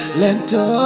lento